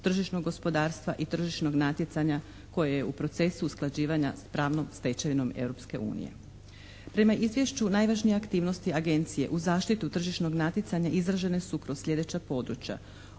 tržišnog gospodarstva i tržišnog natjecanja koje je u procesu usklađivanja s pravnom stečevinom Europske unije. Prema izvješću, najvažnije aktivnosti Agencije u zaštiti tržišnog natjecanja izražene su kroz sljedeća područja: